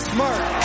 Smart